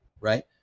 Right